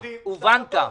הובנת.